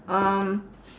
um